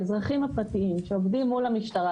האזרחים הפרטיים שעובדים מול המשטרה